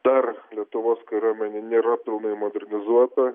dar lietuvos kariuomenė nėra pilnai modernizuota